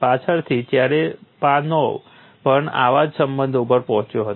પાછળથી ચેરેપાનોવ પણ આવા જ સંબંધો ઉપર પહોંચ્યો હતો